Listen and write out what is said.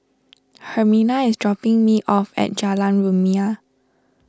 Hermina is dropping me off at Jalan Rumia